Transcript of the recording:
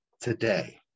today